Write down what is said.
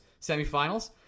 semifinals